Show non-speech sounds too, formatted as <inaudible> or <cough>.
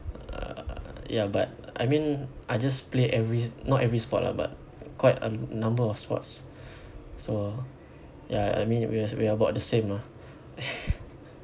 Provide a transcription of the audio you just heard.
uh ya but I mean I just play every not every sport lah but quite a number of sports so ya I I mean we we are about the same lah <noise>